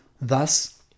thus